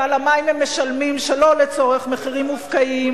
ועל המים הם משלמים שלא לצורך מחירים מופקעים